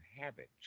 habits